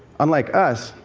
unlike us,